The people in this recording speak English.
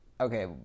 okay